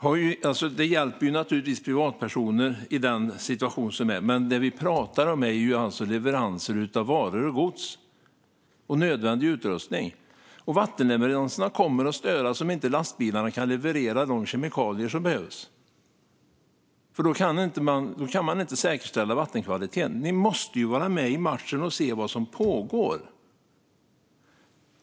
Det hjälper naturligtvis privatpersoner, men det vi pratar om är ju leveranser av varor, gods och nödvändig utrustning. Vattenleveranserna kommer att störas om inte lastbilarna kan leverera de kemikalier som behövs, för då kan man inte säkerställa vattenkvaliteten. Ni måste ju vara med i matchen och se vad som pågår!